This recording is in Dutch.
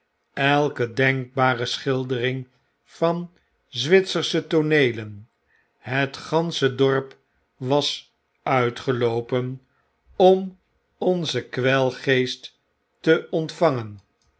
elke denkbare schildering van zwitsersche tooheelen het gansche dorp was uitgeloopen om onzen j kwelgeest te ontvangen